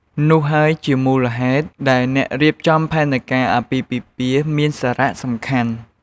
នោះហើយជាមូលហេតុដែលអ្នករៀបចំផែនការអាពាហ៍ពិពាហ៍មានសារៈសំខាន់។